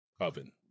oven